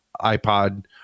iPod